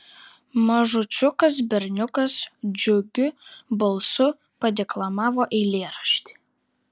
mažučiukas berniukas džiugiu balsu padeklamavo eilėraštį